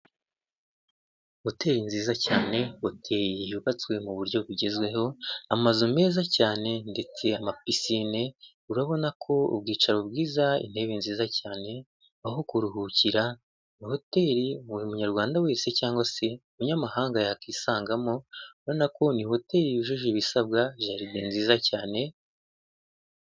Hoteri nziza cyane, hotel yubatswe muburyo bugezweho, amazu meza cyane ndetse na amapisine, urabona ko ubwicaro bwiza intebe nziza cyane, aho kuruhukira, hotel buri umunyarwanda wese cyangwa se umunyamahanga yakwisangamo, ubonako ni hotel yujuje ibisabwa jaride nziza cyane.